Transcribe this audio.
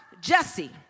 Jesse